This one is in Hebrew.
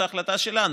זאת החלטה שלנו,